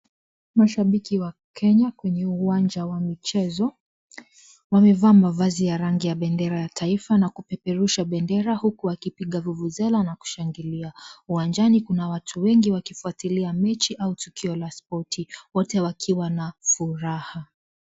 Mashabiki wa Kenya kwenye uwanja wa michezo. Wamevaa mavazi ya rangi ya bendera ya taifa na kupeperusha bendera huku wakipiga vuvuzela na kushangilia. Uwanjani kuna watu wengi wakifuatilia mechi au tukio la spoti wote wakiwa na furaha.